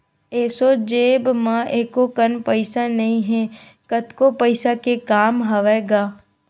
एसो जेब म एको कन पइसा नइ हे, कतको पइसा के काम हवय गा